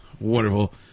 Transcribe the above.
wonderful